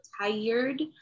Tired